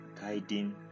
guiding